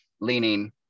leaning